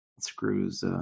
screws